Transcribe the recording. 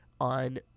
on